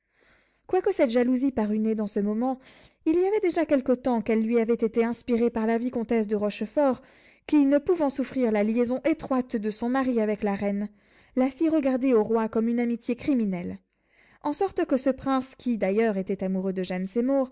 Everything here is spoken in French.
quoique cette jalousie parût née dans ce moment il y avait déjà quelque temps qu'elle lui avait été inspirée par la vicomtesse de rochefort qui ne pouvant souffrir la liaison étroite de son mari avec la reine la fit regarder au roi comme une amitié criminelle en sorte que ce prince qui d'ailleurs était amoureux de jeanne seymour